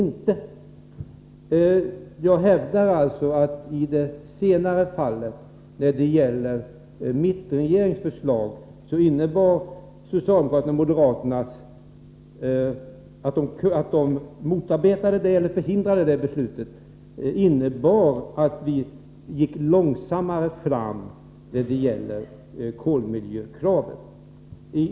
Att socialdemokraterna och moderaterna motarbetade eller förhindrade beslutet beträffande mittenregeringens förslag vill jag hävda innebar att man gick långsammare fram när det gällde kolmiljökraven.